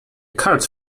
cards